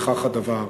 וכך הדבר.